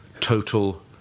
total